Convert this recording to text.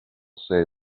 say